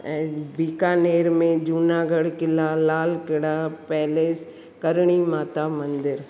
ऐं बीकानेर में जूनागढ़ क़िला लाल क़िला पैलेस करणी माता मंदरु